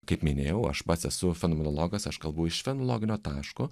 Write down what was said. kaip minėjau aš pats esu fenomenologas aš kalbu iš fenologinio taško